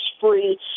free